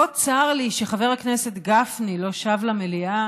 כה צר לי שחבר הכנסת גפני לא שב למליאה